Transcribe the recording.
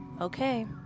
Okay